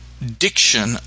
diction